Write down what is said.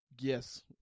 Yes